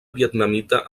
vietnamita